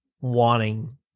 wanting